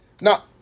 Now